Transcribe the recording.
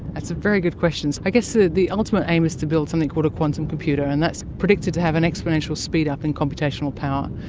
that's a very good question. i guess ah the ultimate aim is to build something called a quantum computer, and that's predicted to have an exponential speed-up in computational power.